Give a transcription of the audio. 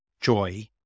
joy